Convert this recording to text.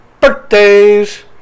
birthdays